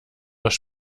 das